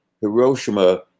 Hiroshima